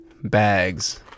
bags